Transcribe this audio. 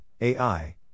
AI